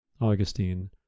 Augustine